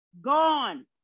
Gone